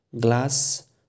glass